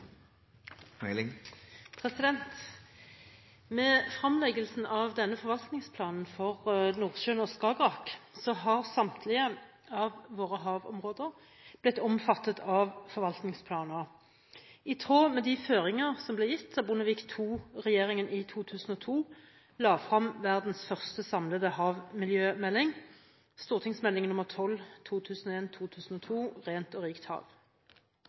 vedtatt. Med fremleggelsen av denne forvaltningsplanen for Nordsjøen og Skagerrak har samtlige av våre havområder blitt omfattet av forvaltningsplaner, i tråd med de føringer som ble gitt da Bondevik II-regjeringen i 2002 la frem verdens første samlede havmiljømelding, St.meld. nr. 12 for 2001–2002, Rent og rikt hav.